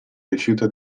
rifiuta